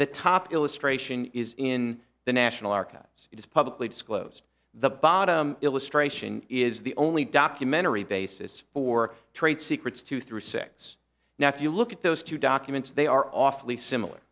the top illustration is in the national archives is publicly disclosed the bottom illustration is the only documentary basis for trade secrets two through six now if you look at those two documents they are awfully similar